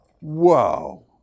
whoa